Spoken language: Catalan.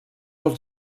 els